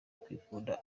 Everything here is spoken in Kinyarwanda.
kwikunda